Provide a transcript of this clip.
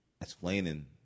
explaining